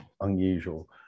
unusual